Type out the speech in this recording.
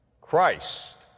Christ